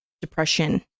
depression